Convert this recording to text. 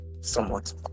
somewhat